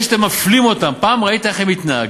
אלה שאתם מפלים אותם, פעם ראית איך הם מתנהגים?